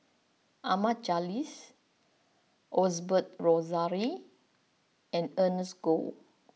Ahmad Jais Osbert Rozario and Ernest Goh